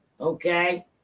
Okay